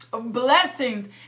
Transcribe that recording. blessings